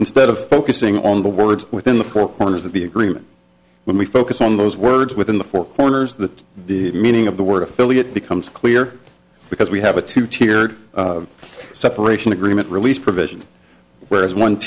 instead of focusing on the words within the four corners of the agreement when we focus on those words within the four corners that the meaning of the word affiliate becomes clear because we have a two tiered separation agreement release provision whereas one